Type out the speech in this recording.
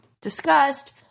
discussed